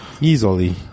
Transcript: Easily